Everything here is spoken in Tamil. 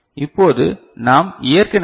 இப்போது நாம் ஏற்கனவே டி